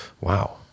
Wow